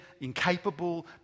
incapable